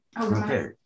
Okay